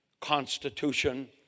Constitution